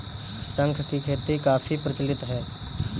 शंख की खेती काफी प्रचलित है